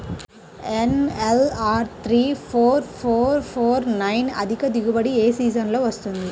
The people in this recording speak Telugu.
NLR three four four four nine అధిక దిగుబడి ఏ సీజన్లలో వస్తుంది?